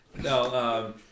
No